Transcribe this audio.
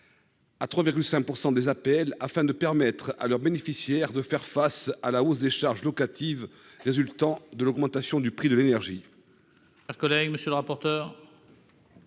à 3,5 % des APL afin de permettre à leurs bénéficiaires de faire face à la hausse des charges locatives résultant de l'augmentation du prix de l'énergie.